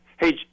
Hey